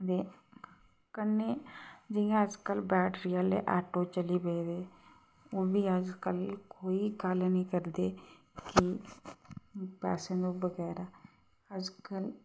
ते कन्नै जियां अज्जकल बैटरी आह्ले आटो चली पेदे ओह् बी अज्जकल कोई गल्ल नेईं करदे कि पैसें दे बगैरा अज्जकल